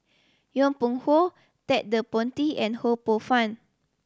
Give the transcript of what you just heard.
Yong Pung How Ted De Ponti and Ho Poh Fun